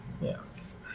Yes